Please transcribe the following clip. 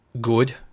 good